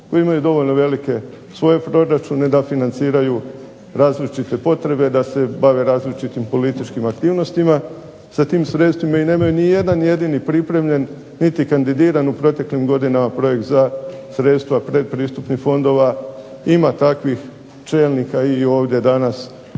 koje imaju dovoljno velike svoje proračune da financiraju različite potrebe, da se bave različitim političkim aktivnostima sa tim sredstvima i nemaju nijedan jedini pripremljen niti kandidiran u proteklim godinama projekt za sredstva predpristupnih fondova. Ima takvih čelnika i ovdje danas